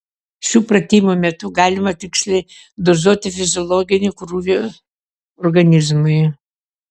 šių pratimų metu galima tiksliai dozuoti fiziologinį krūvį organizmui